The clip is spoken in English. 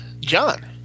John